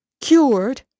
cured